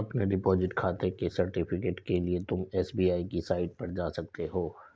अपने डिपॉजिट खाते के सर्टिफिकेट के लिए तुम एस.बी.आई की साईट पर जा सकते हो